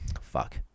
fuck